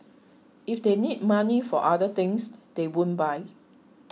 if they need money for other things they won't buy